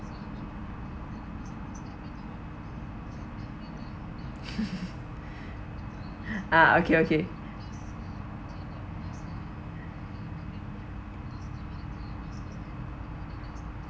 uh okay okay